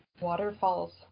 Waterfalls